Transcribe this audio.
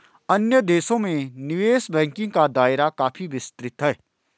अन्य देशों में निवेश बैंकिंग का दायरा काफी विस्तृत है